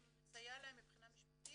אנחנו נסייע להם מבחינה משפטית,